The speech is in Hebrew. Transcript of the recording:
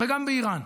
וגם באיראן.